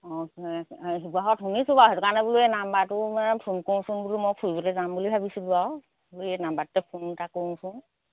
অঁ শিৱসাগৰত শুনিছোঁ বাৰু সেইটো কাৰণে বোলো এই নাম্বাৰটো মানে ফোন কৰোঁচোন বোলো মই ফুৰিবলৈ যাম বুলি ভাবিছিলোঁ আৰু এই নাম্বাৰটোতে ফোন এটা কৰোঁচোন